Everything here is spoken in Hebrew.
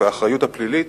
והאחריות הפלילית,